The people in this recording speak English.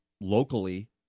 locally